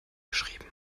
geschrieben